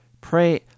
Pray